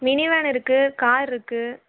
mini van இருக்குது கார்ருக்குது